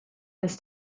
was